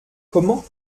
comment